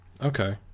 Okay